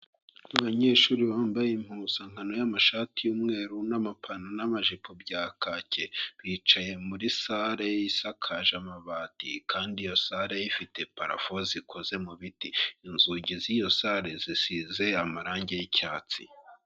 Abanyeshuri bambaye impuzankano y'amashati y'umweru n'amapantaro n'amajipo bya kacye, bicaye muri salle isakaje amabati, kandi iyo salle ifite parafo zikoze mu biti, inzugi z'iyo salle zisize amarangi y'icyatsi.